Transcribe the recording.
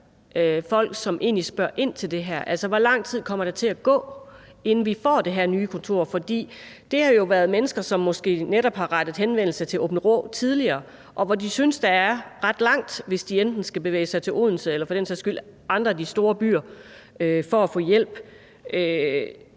folk, som egentlig spørger ind til det her, altså hvor lang tid der kommer til at gå, inden de får det her nye kontor. For det har jo været mennesker, som måske netop har rettet henvendelse i Aabenraa tidligere, og hvor de synes, der er ret langt, hvis de enten skal bevæge sig til Odense eller for den sags skyld andre af de store byer for at få hjælp.